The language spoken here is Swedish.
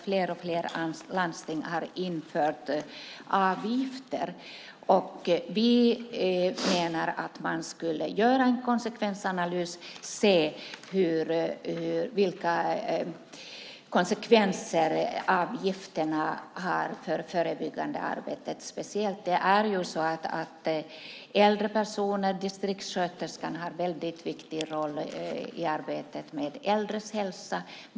Fler och fler landsting har infört avgifter, och vi menar att man borde göra en konsekvensanalys för att se vilka konsekvenser avgifterna har speciellt för det förebyggande arbetet. För äldre personer har distriktssköterskan en mycket viktig roll i arbetet med äldres hälsa.